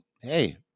hey